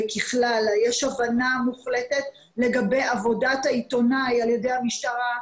וככלל יש הבנה מוחלטת לגבי עבודת העיתונאי על ידי המשטרה.